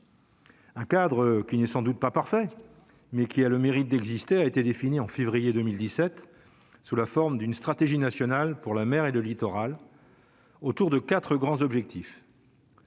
Un cadre qui n'est sans doute pas parfait mais qui a le mérite d'exister, a été défini en février 2017 sous la forme d'une stratégie nationale pour la mer et de littoral autour de 4 grands objectifs.